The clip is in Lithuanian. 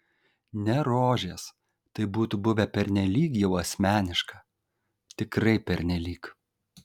ne rožės tai būtų buvę pernelyg jau asmeniška tikrai pernelyg